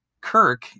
Kirk